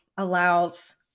allows